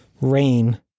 Rain